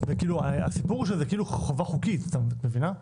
הסיפור הוא שזה כאילו חובה חוקית, את מבינה?